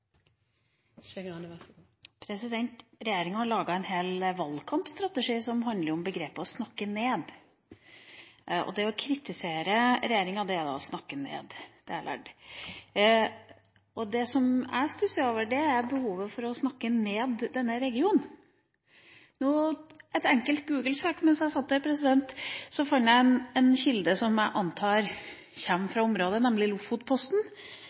Regjeringa har laget en hel valgkampstrategi som handler om begrepet «å snakke ned». Det å kritisere regjeringa er å snakke ned. Det har jeg lært. Det jeg stusser over, er behovet for å snakke ned denne regionen. I et enkelt Google-søk mens jeg satt her, fant jeg en kilde som jeg antar kommer fra området, nemlig Lofotposten,